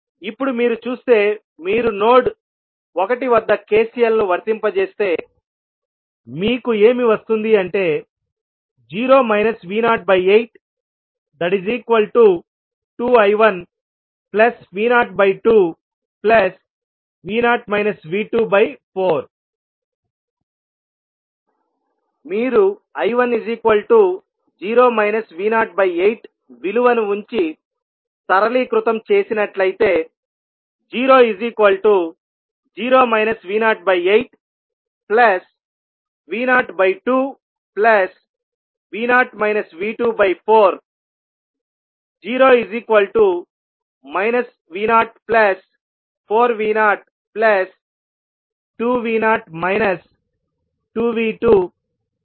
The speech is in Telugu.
ఇప్పుడు మీరు చూస్తే మీరు నోడ్ 1 వద్ద KCL ను వర్తింపజేస్తే మీకు ఏమి వస్తుంది అంటే 0 V082I1V02V0 V24 మీరు I18విలువను ఉంచి సరళీకృతం చేసినట్లయితే 00 V08V02V0 V24 0 V04V02V0 2V2V22